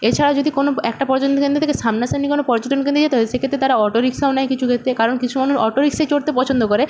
এছাড়া যদি কোনো একটা পর্যটন কেন্দ্র থেকে সামনাসামনি কোনো পর্যটন কেন্দ্রে যেতে হয় সেক্ষেত্রে তারা অটোরিকশাও নেয় কিছু ক্ষেত্রে কারণ কিছুজনের অটোরিকশায় চড়তে পছন্দ করে